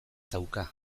dauka